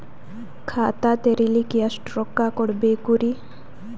ಖಾತಾ ತೆರಿಲಿಕ ಎಷ್ಟು ರೊಕ್ಕಕೊಡ್ಬೇಕುರೀ?